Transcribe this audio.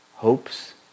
Hopes